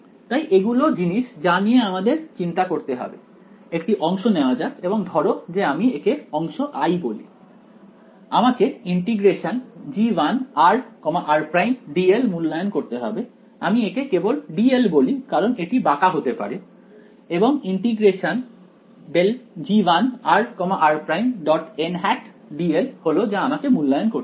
তাই এগুলো জিনিস যা নিয়ে আমাদের চিন্তা করতে হবে একটি অংশ নেওয়া যাক এবং ধরো যে আমি একে অংশ i বলি আমাকে ∫g1r r′dl মূল্যায়ন করতে হবে আমি একে কেবল dl বলি কারণ এটি বাঁকা হতে পারে এবং ∫∇g1r r′dl হলো যা আমাকে মূল্যায়ন করতে হবে